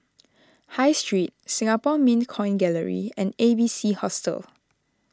High Street Singapore Mint Coin Gallery and A B C Hostel